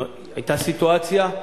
היתה סיטואציה,